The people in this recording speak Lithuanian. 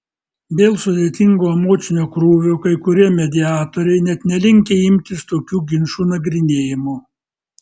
dėl sudėtingo emocinio krūvio kai kurie mediatoriai net nelinkę imtis tokių ginčų nagrinėjimo